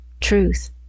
truth